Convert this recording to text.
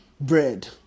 bread